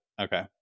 okay